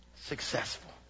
Successful